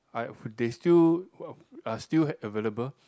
I they still are still available